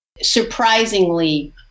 surprisingly